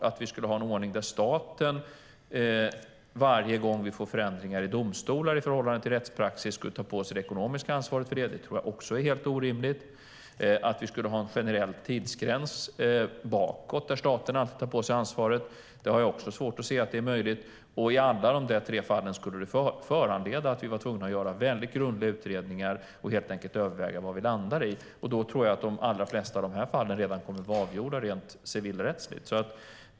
Att vi skulle ha en ordning där staten varje gång vi får förändringar i domstolar i förhållande till rättspraxis skulle ta på sig det ekonomiska ansvaret tror jag också är helt orimligt. Jag har också svårt att se att det är möjligt att vi skulle ha en generell tidsgräns bakåt i fråga om när staten alltid tar på sig ansvaret. I alla de tre fallen skulle vi vara tvungna att göra väldigt grundliga utredningar och helt enkelt överväga vad vi ska landa i. Och då tror jag att de allra flesta av de här fallen redan kommer att vara avgjorda rent civilrättsligt.